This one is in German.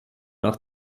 nach